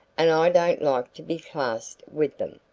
and i don't like to be classed with them.